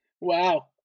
Wow